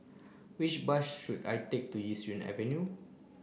which bus should I take to Yishun Avenue